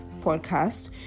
podcast